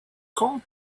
call